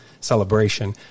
celebration